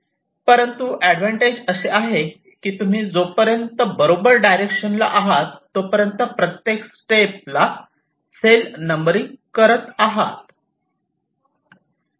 परंतु एडवांटेज असे आहे की जोपर्यंत तुम्ही बरोबर डायरेक्शन ला आहात तोपर्यंत प्रत्येक स्टेपला सेल नंबरिंग करत आहात